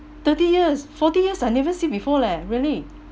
thirty years forty years I never see before leh really